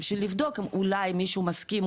לבדוק אולי מישהו מסכים,